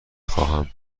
خواهم